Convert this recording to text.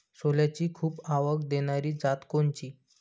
सोल्याची खूप आवक देनारी जात कोनची?